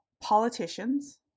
politicians